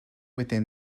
within